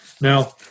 Now